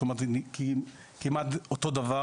זאת אומרת, כמעט אותו דבר